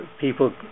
people